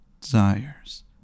Desires